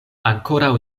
ankoraŭ